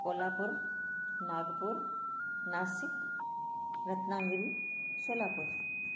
Kolhapur Nagpur Nashik Ratnagiri Solapur